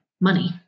money